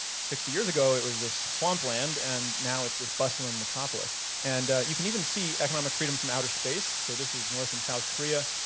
sixty years ago it was this swamp land, and now it's this bustling metropolis. and you can even see economic freedom from out of space. so this is north and south korea.